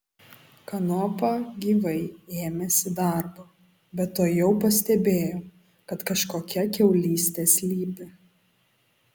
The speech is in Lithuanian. kanopa gyvai ėmėsi darbo bet tuojau pastebėjo kad kažkokia kiaulystė slypi